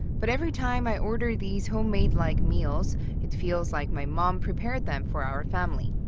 but every time i order these homemade-like meals it feels like my mom prepared them for our family.